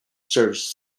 serves